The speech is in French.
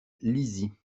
lizy